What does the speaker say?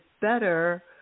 better